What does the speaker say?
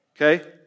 okay